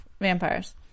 vampires